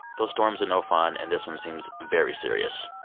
those storms are no fun. and this one seems very serious.